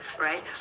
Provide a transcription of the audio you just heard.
right